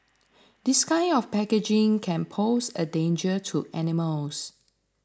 this kind of packaging can pose a danger to animals